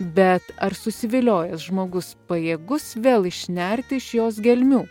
bet ar susiviliojęs žmogus pajėgus vėl išnerti iš jos gelmių